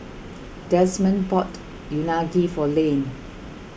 Demond bought Unagi for Lane